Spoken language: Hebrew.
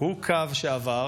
הוא קו שעבר,